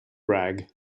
rag